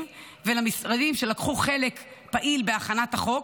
ולמשרדים שלקחו חלק פעיל בהכנת החוק,